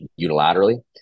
unilaterally